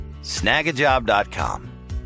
Snagajob.com